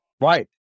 Right